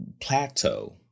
plateau